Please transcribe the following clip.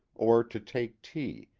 or to take tea,